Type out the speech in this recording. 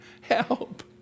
Help